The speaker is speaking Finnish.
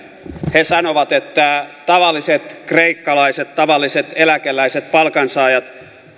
he sanovat että tavalliset kreikkalaiset tavalliset eläkeläiset palkansaajat